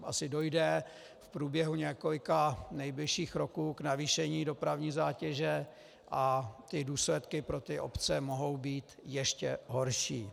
Asi dojde v průběhu několika nejbližších roků k navýšení dopravní zátěže a důsledky pro obce mohou být ještě horší.